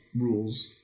rules